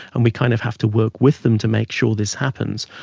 and we kind of have to work with them to make sure this happens.